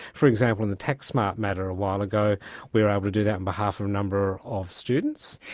for example, in the taxsmart matter a while ago we were able to do that on behalf of a number of students.